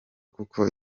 kuko